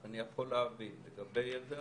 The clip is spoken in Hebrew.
היא זריית חול בעיני הציבור.